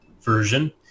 version